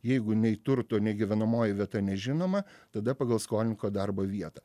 jeigu nei turto nei gyvenamoji vieta nežinoma tada pagal skolininko darbo vietą